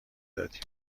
دادیم